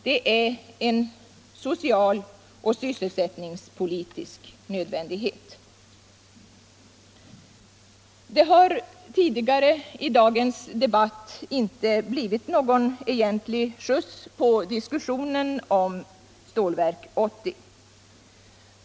Det är en social och sysselsättningspolitisk nödvändighet. Det har tidigare i dagens debatt inte blivit någon egentlig skjuts på diskussionen om Stålverk 80.